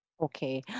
Okay